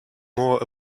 more